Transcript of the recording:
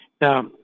Now